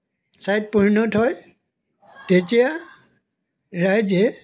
ছাইত পৰিণত হয় তেতিয়া ৰাইজে